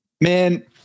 man